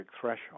threshold